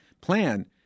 plan